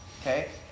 okay